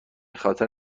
خاطر